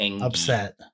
upset